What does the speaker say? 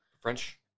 French